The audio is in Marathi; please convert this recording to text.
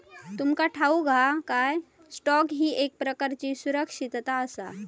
तुमका ठाऊक हा काय, स्टॉक ही एक प्रकारची सुरक्षितता आसा?